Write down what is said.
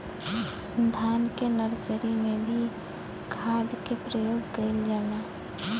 धान के नर्सरी में भी खाद के प्रयोग कइल जाला?